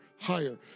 higher